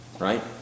right